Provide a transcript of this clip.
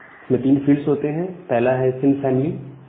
इसमें 3 फील्ड्स होते हैं पहला है सिन फैमिली sin family